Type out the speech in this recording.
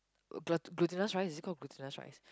glu~ glutinous rice is it called glutinous rice